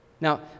Now